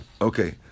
Okay